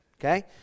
Okay